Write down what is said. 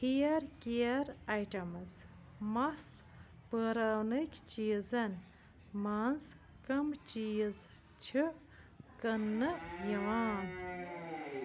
hair care items مَس پٲراونٕکۍ چیٖزَن مَنٛز کَم چیٖز چھِ کٕنٛنہٕ یِوان